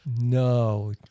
No